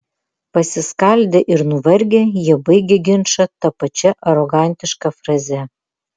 pasiskaldę ir nuvargę jie baigia ginčą ta pačia arogantiška fraze